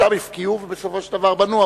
שם הפקיעו, ובסופו של דבר בנו.